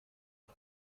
uko